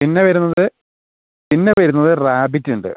പിന്നെ വരുന്നത് പിന്നെ വരുന്നത് റാബിറ്റ് ഉണ്ട്